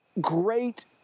great